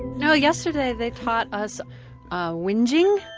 now yesterday they taught us ah whinging,